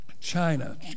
China